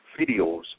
videos